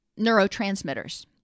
neurotransmitters